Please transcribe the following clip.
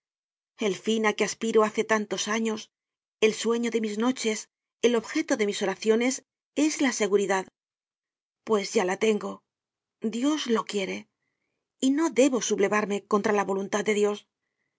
á que aspiro hace tantos años el sueño de mis noches el objeto de mis oraciones es la seguridad pues ya la tengo dios lo quiere y no debo sublevarme contra la voluntad de dios